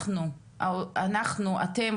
אתם,